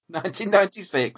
1996